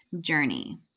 Journey